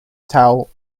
towel